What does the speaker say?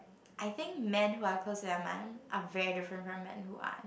I think man who are close to their mom are very different man who are